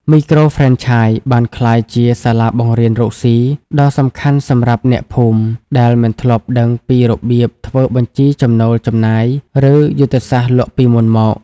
មីក្រូហ្វ្រេនឆាយបានក្លាយជា "សាលាបង្រៀនរកស៊ី" ដ៏សំខាន់សម្រាប់អ្នកភូមិ ដែលមិនធ្លាប់ដឹងពីរបៀបធ្វើបញ្ជីចំណូលចំណាយ ឬយុទ្ធសាស្ត្រលក់ពីមុនមក។